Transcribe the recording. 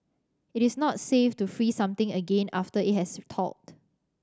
it is not safe to freeze something again after it has thawed